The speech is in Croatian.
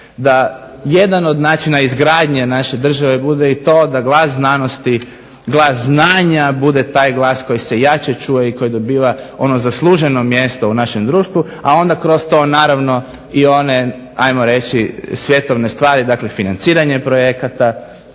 da jedan od načina izgradnje naše države bude i to da glas znanja bude taj glas koji se jače čuje i koji dobiva zasluženo mjesto u našem društvu a onda kroz to one svjetovne stvari dakle financiranje projekata,